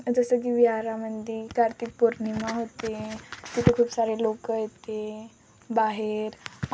जसं की विहारामध्ये कार्तिक पौर्णिमा होते तिथे खूप सारे लोक येते बाहेर